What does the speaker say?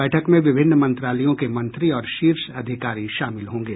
बैठक में विभिन्न मंत्रालयों के मंत्री और शीर्ष अधिकारी शामिल होंगे